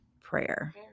prayer